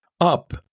up